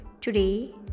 today